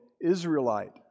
Israelite